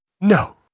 No